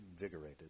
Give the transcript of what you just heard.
invigorated